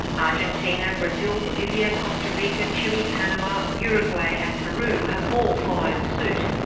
argentina, brazil, bolivia, costa rica, chile, panama, uruguay and peru have all followed suit.